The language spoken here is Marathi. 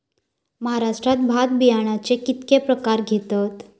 महाराष्ट्रात भात बियाण्याचे कीतके प्रकार घेतत?